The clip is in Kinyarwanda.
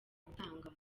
gutanga